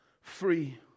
free